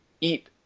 eat